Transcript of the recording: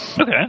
Okay